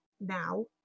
now